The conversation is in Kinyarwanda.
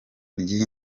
ry’iyi